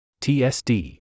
TSD